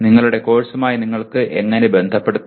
നിങ്ങളുടെ കോഴ്സുമായി നിങ്ങൾക്ക് എങ്ങനെ ബന്ധപ്പെടുത്താം